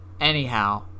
Anyhow